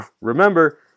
remember